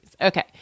Okay